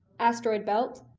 asteroid belt,